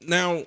Now